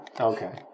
Okay